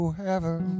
heaven